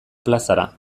plazara